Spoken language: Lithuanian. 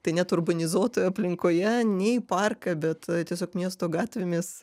tai net urbanizuotoje aplinkoje ne į parką bet tiesiog miesto gatvėmis